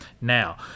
Now